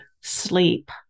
sleep